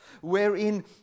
Wherein